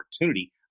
opportunity